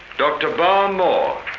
dr barr moore,